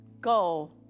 Go